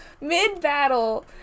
Mid-battle